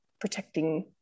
protecting